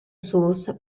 source